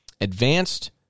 advanced